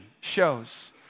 shows